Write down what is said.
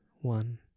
one